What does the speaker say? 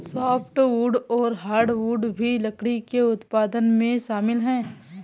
softwood और hardwood भी लकड़ी के उत्पादन में शामिल है